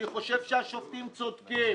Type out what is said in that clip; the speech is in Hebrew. אני חושב שהשופטים צודקים.